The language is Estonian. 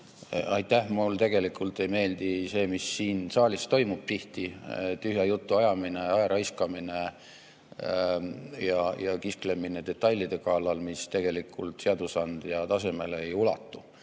Aitäh! Mulle tegelikult ei meeldi see, mis siin saalis tihti toimub: tühja jutu ajamine, aja raiskamine ja kisklemine detailide kallal, mis tegelikult seadusandja tasemele ei ulatu.